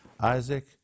Isaac